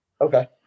Okay